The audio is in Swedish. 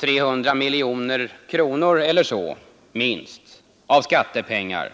300 miljoner kronor eller så — av skattepengar.